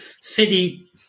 City